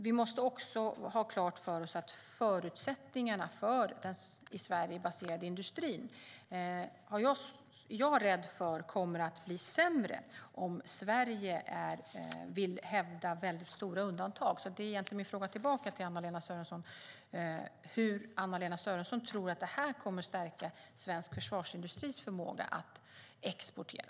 Vi måste även ha klart för oss att förutsättningarna för den i Sverige baserade industrin kommer, är jag rädd för, att bli sämre om Sverige vill hävda väldigt stora undantag. Det är egentligen en fråga tillbaka till Anna-Lena Sörenson: Hur tror Anna-Lena Sörenson att det kommer att stärka svensk försvarsindustrins förmåga att exportera?